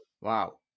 Wow